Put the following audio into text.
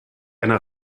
eine